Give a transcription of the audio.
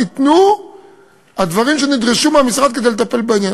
ניתנו הדברים שנדרשו מהמשרד כדי לטפל בעניין.